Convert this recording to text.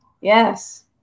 yes